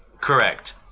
Correct